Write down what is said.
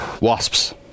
Wasps